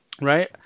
right